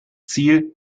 ziel